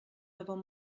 avons